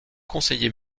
conseiller